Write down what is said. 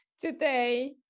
today